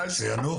יאנוח